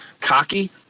cocky